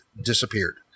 disappeared